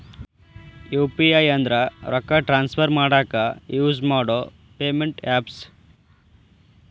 UPI ಅಂದ್ರ ರೊಕ್ಕಾ transfer ಮಾಡಾಕ ಯುಸ್ ಮಾಡೋ ಪೇಮೆಂಟ್ ಆಪ್ಸ್